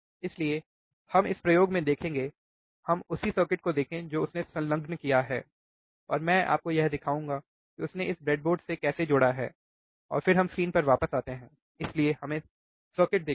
इसलिए हम इस प्रयोग में देखेंगे हम उसी सर्किट को देखें जो उसने संलग्न किया है और मैं आपको यह दिखाऊंगा कि उसने इसे ब्रेडबोर्ड से कैसे जोड़ा है और फिर हम स्क्रीन पर वापस आते हैं इसलिए हमें सर्किट देखते हैं